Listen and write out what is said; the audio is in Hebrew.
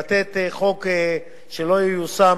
לתת חוק שלא ייושם.